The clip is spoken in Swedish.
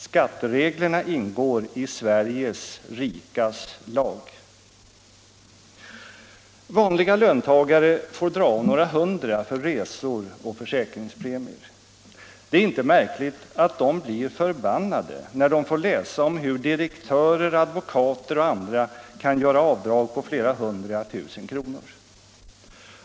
Skattereglerna ingår i Sveriges rikas lag. Vanliga löntagare får dra av några hundra kronor för resor och försäkringspremier. Det är inte märkligt att de blir förbannade när de får läsa om hur direktörer, advokater och andra kan göra avdrag på flera hundra tusen kronor.